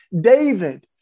David